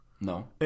No